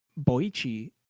boichi